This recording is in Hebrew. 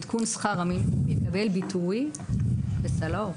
עדכון שכר המינימום יקבל ביטוי בסל האור.